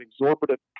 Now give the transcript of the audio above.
exorbitant